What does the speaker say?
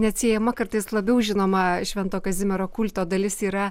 neatsiejama kartais labiau žinoma švento kazimiero kulto dalis yra